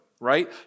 Right